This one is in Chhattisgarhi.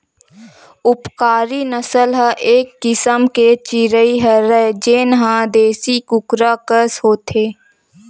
उपकारी नसल ह एक किसम के चिरई हरय जेन ह देसी कुकरा कस होथे